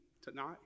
tonight